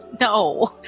No